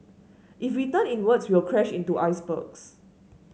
if we turn inwards we'll crash into icebergs